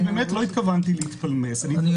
אם הבעל מגיע לפה ויכול להתנות תנאים,